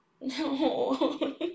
no